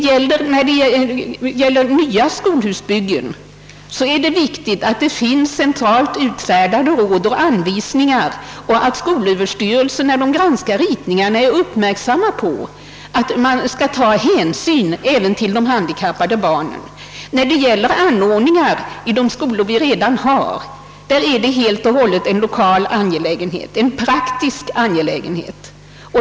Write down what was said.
För nya skolhusbyggen är det viktigt att det finns centralt utfärdade råd och anvisningar och att skolöverstyrelsen vid gransk ning av ritningarna är uppmärksam på de handikappade barnens problem. I redan befintliga skolor är detta helt och hållet en praktisk, lokal angelägenhet.